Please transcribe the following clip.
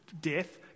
death